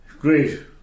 Great